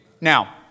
Now